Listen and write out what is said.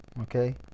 Okay